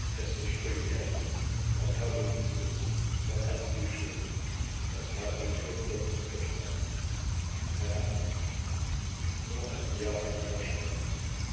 ihn wie ein blitz er taumelte zurück sein herz blieb stehen er trat an die tür und klopfte furchtsam keine antwort nur ein jäher heftiger schrei